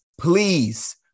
Please